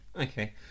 okay